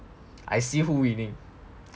I see who winning